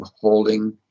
holding